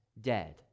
dead